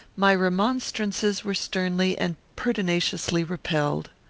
my remonstrances were sternly and pertinaciously repelled.